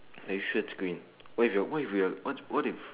are you sure is green what if your what if what what if